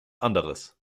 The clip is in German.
anderes